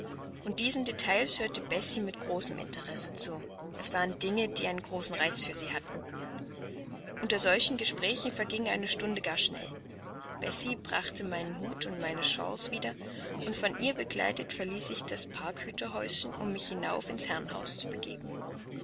und diesen details hörte bessie mit großem interesse zu es waren dinge die einen großen reiz für sie hatten unter solchen gesprächen verging eine stunde gar schnell bessie brachte mir meinen hut und meine shawls wieder und von ihr begleitet verließ ich das parkhüterhäuschen um mich hinauf ins herrenhaus zu begeben